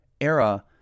era